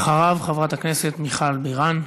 ואחריו, חברת הכנסת מיכל בירן.